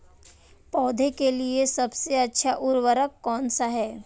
पौधों के लिए सबसे अच्छा उर्वरक कौनसा हैं?